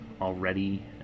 already